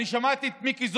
אני שמעתי את מיקי זוהר.